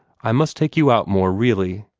i must take you out more, really.